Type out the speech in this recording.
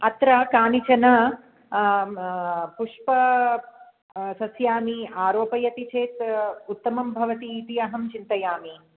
अत्र कानिचन पुष्प सस्यानि आरोपयति चेत् उत्तमं भवति इति अहं चिन्तयामि